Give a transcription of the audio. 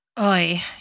Oi